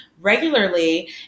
regularly